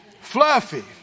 Fluffy